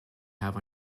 have